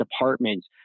departments